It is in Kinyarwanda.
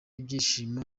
ibyishimo